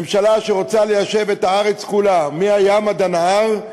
ממשלה שרוצה ליישב את הארץ כולה, מהים עד הנהר,